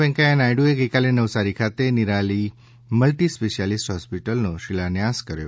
વૈંકયા નાયડએ ગઇકાલે નવસારી ખાતે નિરાલી મલ્ટિ સ્પેશિયાલ્ટી હોસ્પિટલનો શિલાન્યાસ કર્યો